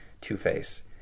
Two-Face